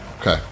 Okay